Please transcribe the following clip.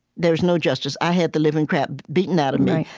there's no justice. i had the living crap beaten out of me.